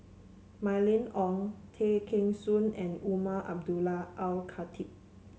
Mylene Ong Tay Kheng Soon and Umar Abdullah Al Khatib